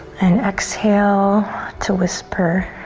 and exhale to whisper.